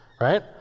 right